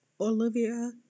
Olivia